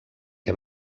què